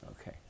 Okay